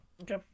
okay